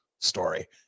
story